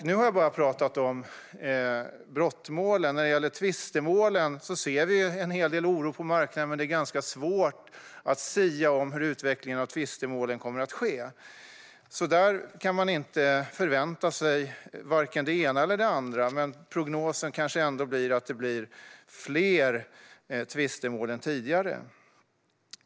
Nu har jag bara talat om brottmålen. När det gäller tvistemålen ser vi en hel del oro på marknaden, men det är ganska svårt att sia om hur utvecklingen för tvistemål kommer att se ut. Där kan man alltså inte förvänta sig vare sig det ena eller det andra, men prognosen kanske ändå blir att det blir fler tvistemål än tidigare.